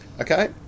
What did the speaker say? okay